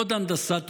עוד הנדסת תודעה,